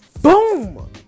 Boom